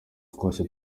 twahise